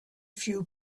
few